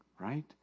right